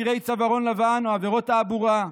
אסירי צווארון לבן או עבירות תעבורה,